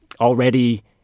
already –